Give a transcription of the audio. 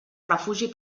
refugi